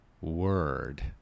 word